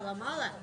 ראה זה פלא,